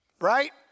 Right